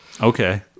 Okay